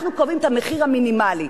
אנחנו קובעים את המחיר המינימלי.